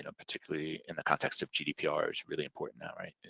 ah particularly in the context of gdpr is really important now right?